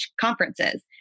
conferences